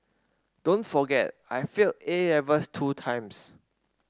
don't forget I failed A Levels two times